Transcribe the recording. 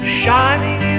shining